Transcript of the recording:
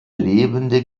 lebende